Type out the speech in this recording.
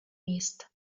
міст